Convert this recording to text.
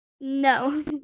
No